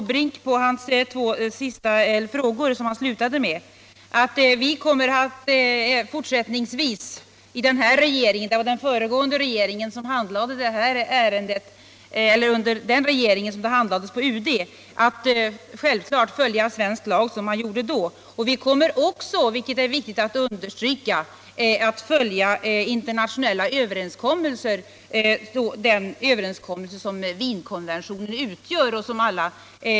Jag vill som svar på de två frågor som herr Måbrink slutade sitt anförande med säga att även den här regeringen — det var under den förra som ärendet handlades i utrikesdepartementet — själv fallet kommer att följa svensk lag och kommer också, vilket är viktigt - Om utländsk att understryka, att: liksom andra berörda följa den överenskommelse = beskicknings som Wienkonventionen utgör.